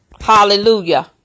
Hallelujah